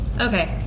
Okay